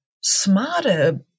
smarter